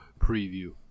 preview